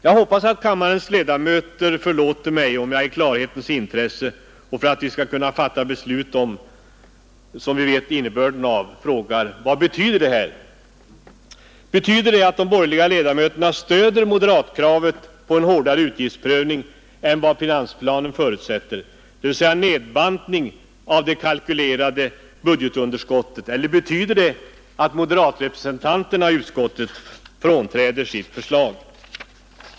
Jag hoppas att kammarens ledamöter förlåter mig om jag i klarhetens intresse och för att vi skall kunna fatta beslut som vi vet innebörden av frågar: Vad betyder det här? Betyder det att de borgerliga ledamöterna stöder moderatkravet på en hårdare utgiftsprövning än vad finansplanen förutsätter, dvs. en nedbantning av det kalkylerade budgetunderskottet, eller betyder det att moderatrepresentanterna i utskottet frånträder sitt förslag?